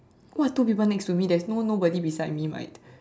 what two people next to me there is no nobody beside my mate